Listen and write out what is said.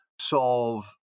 solve